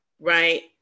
right